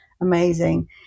amazing